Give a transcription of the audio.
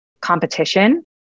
competition